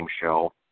Show